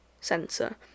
sensor